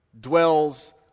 dwells